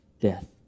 death